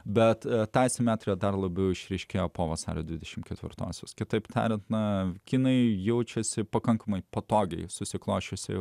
bet tą simetriją dar labiau išryškėjo po vasario dvidešimt ketvirtosios kitaip tariant na kinai jaučiasi pakankamai patogiai susiklosčiusioje